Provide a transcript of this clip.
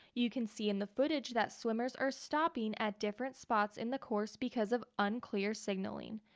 you can see in the footage that swimmers are stopping at different spots in the course because of unclear signaling.